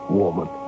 woman